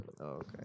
okay